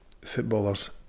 footballers